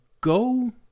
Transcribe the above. go